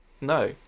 No